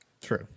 True